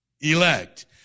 elect